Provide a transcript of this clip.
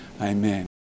Amen